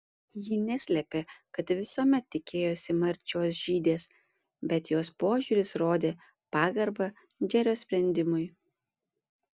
ji neslėpė kad visuomet tikėjosi marčios žydės bet jos požiūris rodė pagarbą džerio sprendimui